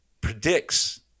predicts